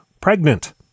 pregnant